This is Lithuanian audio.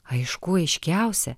aiškų aiškiausia